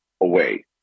away